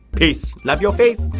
peace, love your face.